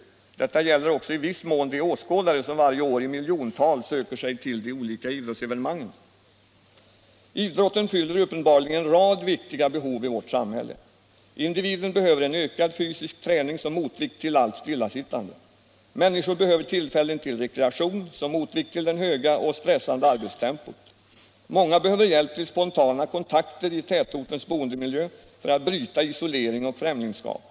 Detta gäller också i viss mån de åskådare som varje år i miljontal söker sig till de olika idrottsevenemangen. Idrotten fyller uppenbarligen en rad viktiga behov i vårt samhälle. Individen behöver en ökad fysisk träning som motvikt till allt stillasittande. Människor behöver tillfällen till rekreation som motvikt till det höga och stressande arbetstempot. Många behöver hjälp till spontana kontakter i tätortens boendemiljö för att bryta isolering och främlingskap.